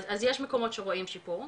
אז יש מקומות שרואים שיפור,